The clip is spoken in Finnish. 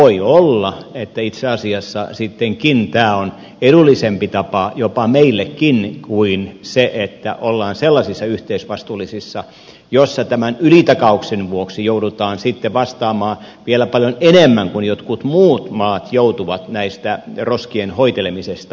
voi olla että itse asiassa sittenkin tämä on edullisempi tapa jopa meillekin kuin se että ollaan sellaisissa yhteisvastuissa joissa tämän ylitakauksen vuoksi joudutaan sitten vastaamaan vielä paljon enemmän kuin jotkut muut maat joutuvat tästä roskien hoitelemisesta vastaamaan